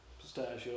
pistachio